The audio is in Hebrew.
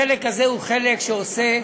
החלק הזה הוא חלק שעושה,